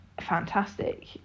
fantastic